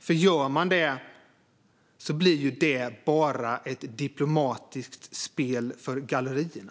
Gör man det blir ju det bara ett diplomatiskt spel för gallerierna.